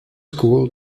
school